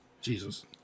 Jesus